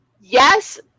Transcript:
yes